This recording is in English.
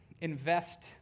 invest